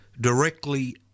directly